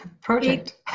project